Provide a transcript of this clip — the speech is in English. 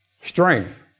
strength